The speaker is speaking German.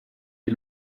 die